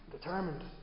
determined